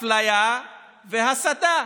אפליה והסתה.